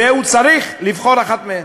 והוא צריך לבחור אחת מהן.